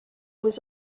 was